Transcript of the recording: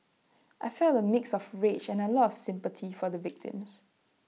I felt A mix of rage and A lot of sympathy for the victims